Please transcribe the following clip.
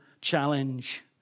challenge